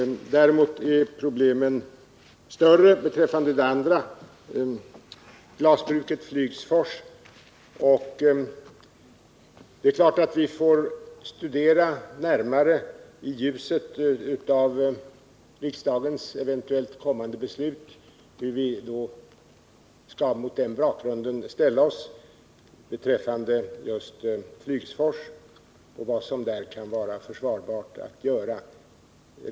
Däremot är problemen större beträffande det andra glasbruket, Flygsfors. Det är klart att vi i ljuset av riksdagens eventuellt kommande beslut närmare får studera hur vi mot den bakgrunden skall ställa oss beträffande just Flygsfors och vad som där kan vara försvarbart att göra.